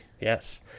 Yes